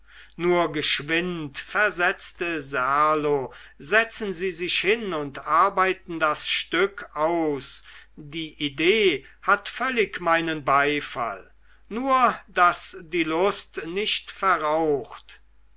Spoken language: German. nur geschwind versetzte serlo setzen sie sich hin und arbeiten das stück aus die idee hat völlig meinen beifall nur daß die lust nicht verraucht